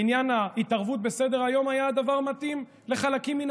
התערבות בסדר-היום היה הדבר המתאים לחלקים מן